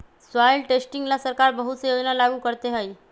soil testing ला सरकार बहुत से योजना लागू करते हई